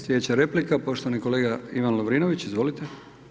Slijedeća replika poštovani kolega Ivan Lovrinović, izvolite.